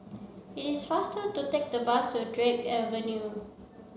it is faster to take the bus to Drake Avenue